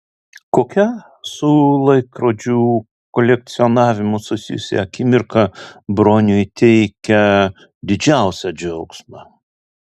kokia su laikrodžių kolekcionavimu susijusi akimirka broniui teikia didžiausią džiaugsmą